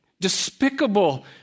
despicable